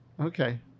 okay